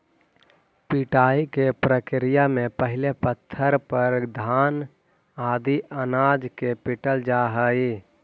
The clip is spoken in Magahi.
पिटाई के प्रक्रिया में पहिले पत्थर पर घान आदि अनाज के पीटल जा हइ